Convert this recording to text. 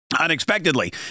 Unexpectedly